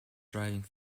driving